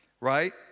right